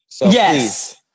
Yes